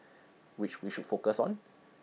which we should focus on